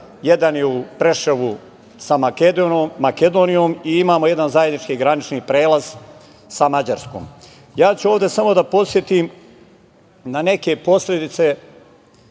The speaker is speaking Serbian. jedan je u Preševu sa Makedonijom i imamo jedan zajednički granični prelaz sa Mađarskom. Ja ću ovde samo da podsetim na neke posledice